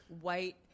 white